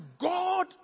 God